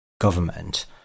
government